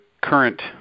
current